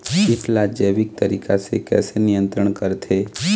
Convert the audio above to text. कीट ला जैविक तरीका से कैसे नियंत्रण करथे?